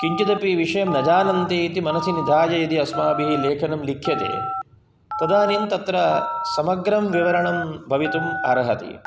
किञ्चिदपि न जानन्ति इति मनसि निधाय यदि लेखनं लिख्यते तदानीं तत्र समग्रं विवरणं भवितुम् अर्हति